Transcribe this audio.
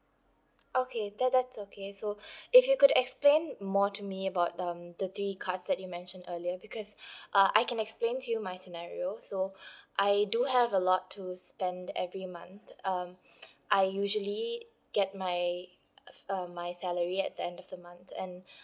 okay that that's okay so if you could explain more to me about um the three cards that you mention earlier because uh I can explain to you my scenarios so I do have a lot to spend every month um I usually get my uh um my salary at the end of the month and